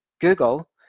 google